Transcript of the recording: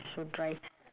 so dry